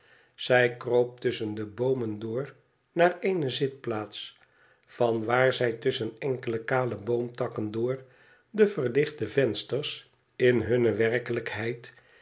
zij kroop tusschen de boomen door naar eene zitplaats van waar zij tusschen enkele kale boomtakken door de verlichte vensters in hunne werkelijkheid